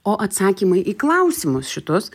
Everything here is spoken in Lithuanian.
o atsakymai į klausimus šitus